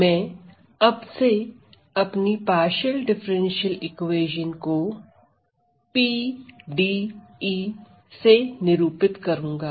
मैं अब से अपनी पार्षल डिफरेंशियल इक्वेशन को PDE से निरूपित करूंगा